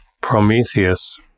Prometheus